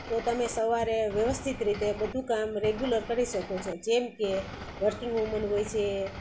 તો તમે સવારે વ્યવસ્થિત રીતે બધું કામ રેગ્યુલર કરી શકો છો જેમકે વર્કિંગ વુમન હોય છે